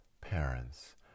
parents